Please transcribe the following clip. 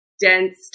dense